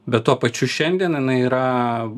bet tuo pačiu šiandien jinai yra